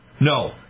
No